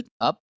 up